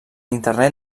internet